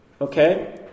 Okay